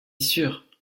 sûr